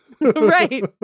Right